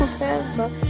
forever